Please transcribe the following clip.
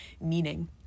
meaning